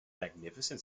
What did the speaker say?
magnificent